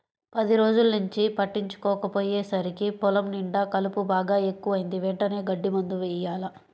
పది రోజుల్నుంచి పట్టించుకోకపొయ్యేసరికి పొలం నిండా కలుపు బాగా ఎక్కువైంది, వెంటనే గడ్డి మందు యెయ్యాల